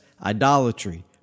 idolatry